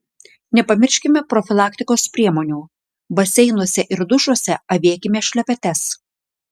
nepamirškime profilaktikos priemonių baseinuose ir dušuose avėkime šlepetes